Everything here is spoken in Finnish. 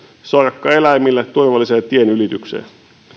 sorkkaeläimille turvalliseen tien ylitykseen